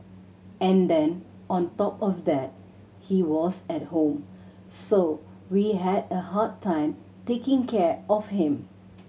and then on top of that he was at home so we had a hard time taking care of him